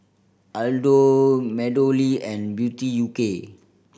Aldo MeadowLea and Beauty U K